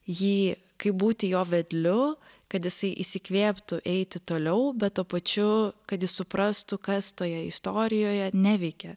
jį kaip būti jo vedliu kad jisai įsikvėptų eiti toliau bet tuo pačiu kad jis suprastų kas toje istorijoje neveikia